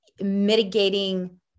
mitigating